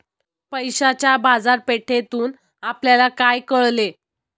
पैशाच्या बाजारपेठेतून आपल्याला काय कळले?